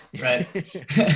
Right